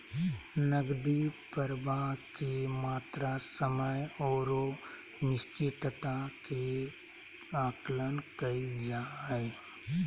नकदी प्रवाह के मात्रा, समय औरो अनिश्चितता के आकलन कइल जा हइ